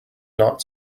not